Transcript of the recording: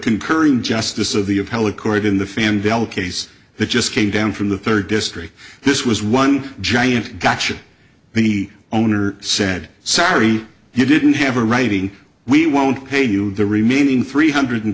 concurring justice of the appellate court in the fan belt case that just came down from the third district this was one giant gotcha the owner said sorry you didn't have a writing we won't pay you the remaining three hundred